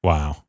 Wow